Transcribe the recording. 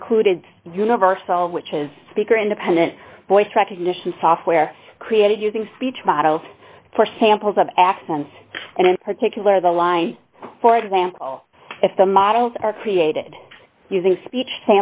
included universal which is speaker independent voice recognition software created using speech models for samples of accents and in particular the line for example if the models are created using speech